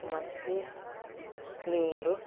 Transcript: ಮತ್ತು ನೀರು